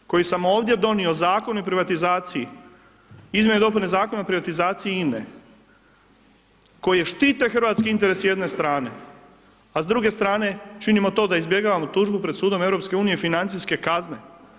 Ja, koji smo ovdje donio Zakon o privatizaciji, izmjene i dopune Zakona o privatizaciji INA-e, koje štite hrvatske interese jedne strane, a s druge strane, činimo to da izbjegavamo tužbu pred sudom EU, financijske kazne.